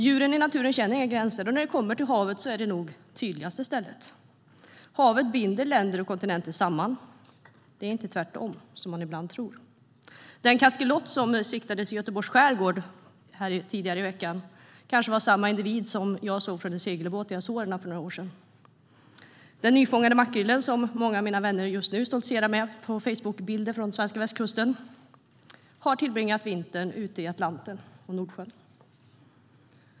Djuren i naturen känner inga gränser, och havet är nog det tydligaste exemplet på det. Havet binder länder och kontinenter samman. Det är inte tvärtom, som man ibland tror. Den kaskelot som siktades i Göteborgs skärgård tidigare i veckan kanske var samma individ som jag såg från en segelbåt i Azorerna för några år sedan. Den nyfångade makrillen som många av mina vänner just nu stoltserar med på Facebookbilder från den svenska västkusten har tillbringat vintern ute i Atlanten och Nordsjön.